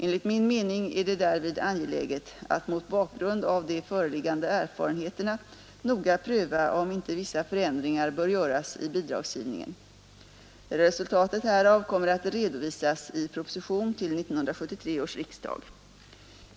Enligt min mening är det därvid angeläget att mot bakgrund av de föreliggande erfarenheterna noga pröva om inte vissa förändringar bör göras i bidragsgivningen. Resultatet härav kommer att redovisas i proposition till 1973 års riksdag.